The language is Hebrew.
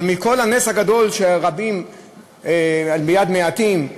אבל מכל הנס הגדול של רבים ליד מעטים,